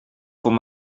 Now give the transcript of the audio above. voor